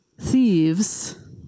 thieves